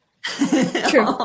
True